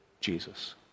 Jesus